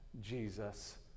Jesus